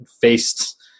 faced